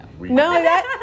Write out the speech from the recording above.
No